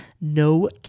no